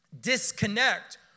disconnect